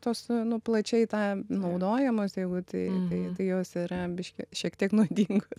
tos nu plačiai tą naudojamos jeigu tai tai tai jos yra biškį šiek tiek nuodingos